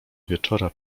wieczora